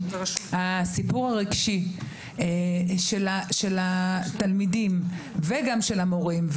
הסיפור הרגשי של התלמידים וגם של המורים,